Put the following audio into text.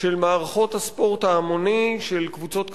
של מערכות הספורט ההמוני, של קבוצות כדורגל,